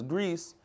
Greece